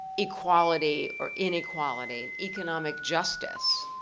equality or inequality, economic justice.